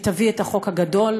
היא תביא את החוק הגדול,